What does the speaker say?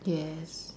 yes